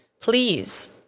Please